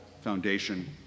foundation